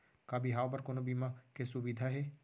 का बिहाव बर कोनो बीमा के सुविधा हे?